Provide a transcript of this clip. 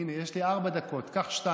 הינה, יש לי ארבע דקות, קח שתיים.